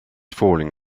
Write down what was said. falling